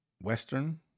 Western